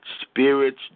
Spirits